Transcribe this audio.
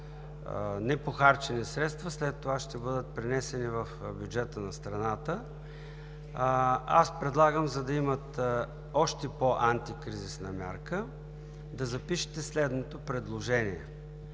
непохарчени средства, след това ще бъдат пренесени в бюджета на страната, аз предлагам, за да имат още по-антикризисна мярка, да запишете следното предложение: